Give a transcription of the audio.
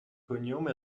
cognome